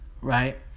right